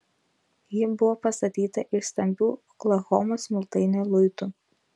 ji buvo pastatyta iš stambių oklahomos smiltainio luitų